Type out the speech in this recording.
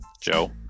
Joe